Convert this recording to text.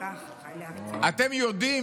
אתם יודעים